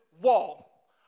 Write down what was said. wall